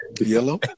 yellow